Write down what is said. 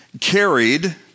carried